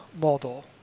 model